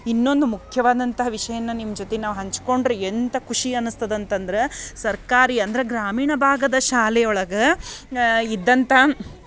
ಇನ್ನೊಂದು ಮುಖ್ಯವಾದಂತಹ ವಿಷಯನ್ನ ನಿಮ್ಮ ಜೊತಿಗೆ ನಾವು ಹಂಚಿಕೊಂಡ್ರೆ ಎಂಥ ಖುಷಿ ಅನಿಸ್ತದೆ ಅಂತಂದ್ರೆ ಸರ್ಕಾರಿ ಅಂದರೆ ಗ್ರಾಮೀಣ ಭಾಗದ ಶಾಲೆಯೊಳಗೆ ಇದ್ದಂಥ